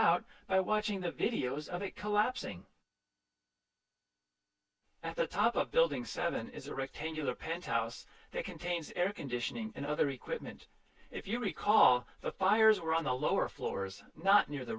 out by watching the videos of it collapsing at the top of building seven is a rectangular penthouse that contains air conditioning and other equipment if you recall the fires were on the lower floors not near the